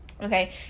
okay